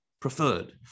preferred